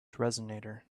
resonator